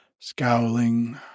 Scowling